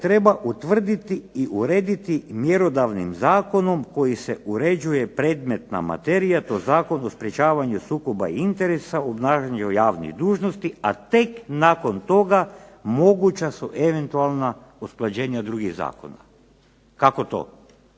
treba utvrditi i urediti mjerodavnim zakonom koji se uređuje predmetna materija, to Zakon o sprječavanju sukoba interesa, obnašanju javnih dužnosti, a tek nakon toga moguća su eventualna usklađenja drugih zakona. Kako to,